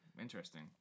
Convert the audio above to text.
interesting